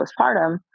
postpartum